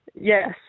Yes